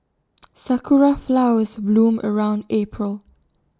Sakura Flowers bloom around April